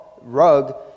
rug